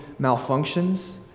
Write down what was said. malfunctions